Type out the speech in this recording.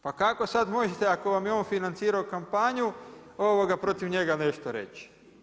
Pa kako sad možete ako vam je on financirao kampanju protiv njega nešto reći?